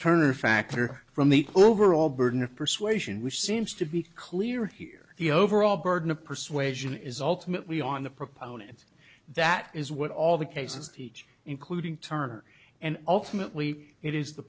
turn or factor from the overall burden of persuasion which seems to be clear here the overall burden of persuasion is ultimately on the proponent that is what all the cases teach including turner and ultimately it is the